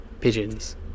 pigeons